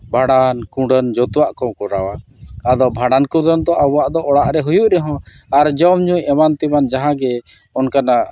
ᱵᱷᱟᱸᱰᱟᱱ ᱠᱩᱰᱟᱹᱱ ᱡᱚᱛᱚᱣᱟᱜ ᱠᱚ ᱠᱚᱨᱟᱣᱟ ᱟᱫᱚ ᱵᱷᱟᱸᱰᱟᱱ ᱠᱩᱰᱟᱹᱱ ᱫᱚ ᱟᱵᱚᱣᱟᱜ ᱫᱚ ᱚᱲᱟᱜ ᱨᱮ ᱦᱩᱭᱩᱜ ᱨᱮᱦᱚᱸ ᱟᱨ ᱡᱚᱢᱼᱧᱩ ᱮᱢᱟᱱ ᱛᱮᱢᱟᱱ ᱡᱟᱦᱟᱸ ᱜᱮ ᱚᱱᱠᱟᱱᱟᱜ